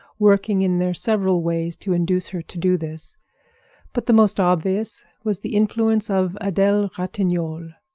working in their several ways to induce her to do this but the most obvious was the influence of adele ratignolle.